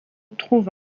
trouve